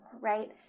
right